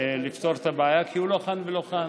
ולפתור את הבעיה, כי היא לא כאן ולא כאן.